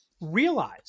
Realize